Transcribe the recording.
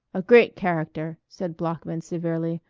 a great character, said bloeckman severely.